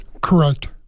Correct